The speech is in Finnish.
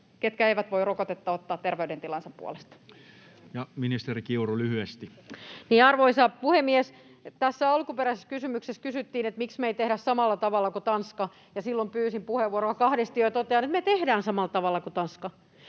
hallinnasta (Hanna Sarkkinen vas) Time: 16:55 Content: Arvoisa puhemies! Tässä alkuperäisessä kysymyksessä kysyttiin, miksi me ei tehdä samalla tavalla kuin Tanska. Silloin pyysin puheenvuoroa kahdesti ja totean, että me tehdään samalla tavalla kuin Tanska.